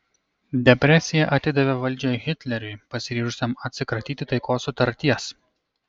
depresija atidavė valdžią hitleriui pasiryžusiam atsikratyti taikos sutarties